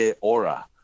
aura